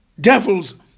devils